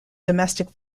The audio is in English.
domestic